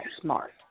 smart